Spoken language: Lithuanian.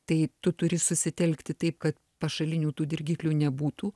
tai tu turi susitelkti taip kad pašalinių tų dirgiklių nebūtų